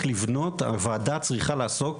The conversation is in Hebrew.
הוועדה צריכה לעסוק